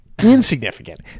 Insignificant